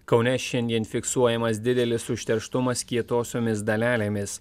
kaune šiandien fiksuojamas didelis užterštumas kietosiomis dalelėmis